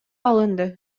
алынды